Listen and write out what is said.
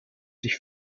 sich